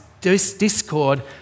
discord